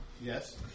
Yes